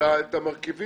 אלא את המרכיבים